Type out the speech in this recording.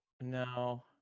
No